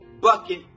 bucket